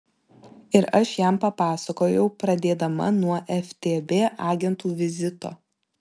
ir aš jam papasakojau pradėdama nuo ftb agentų vizito